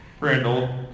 Randall